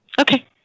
Okay